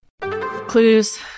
Clues